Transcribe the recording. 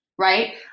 right